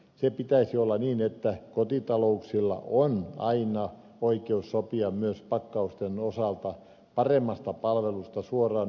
sen pitäisi olla niin että kotitalouksilla on aina oikeus sopia myös pakkausten osalta paremmasta palvelusta suoraan ympäristöyritysten kanssa